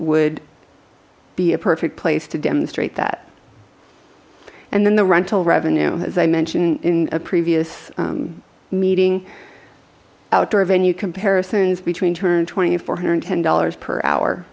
would be a perfect place to demonstrate that and then the rental revenue as i mentioned in a previous meeting outdoor venue comparisons between two hundred and twenty or four hundred and ten dollars per hour